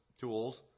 tools